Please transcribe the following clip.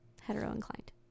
hetero-inclined